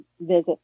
visit